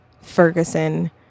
Ferguson